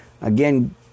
Again